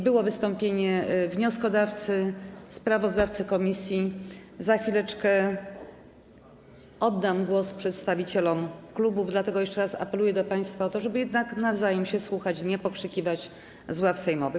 Było wystąpienie wnioskodawcy, sprawozdawcy komisji, za chwileczkę oddam głos przedstawicielom klubów, dlatego jeszcze raz apeluję do państwa o to, żeby jednak nawzajem się słuchać i nie pokrzykiwać z ław sejmowych.